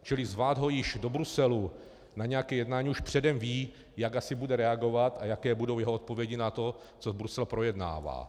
Čili zvát ho již do Bruselu na nějaké jednání, už předem ví, jak asi bude reagovat a jaké budou jeho odpovědi na to, co Brusel projednává.